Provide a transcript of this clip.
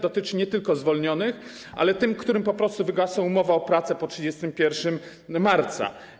Dotyczy nie tylko zwolnionych, ale tych, którym po prostu wygasła umowa o pracę po 31 marca.